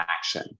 action